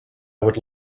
would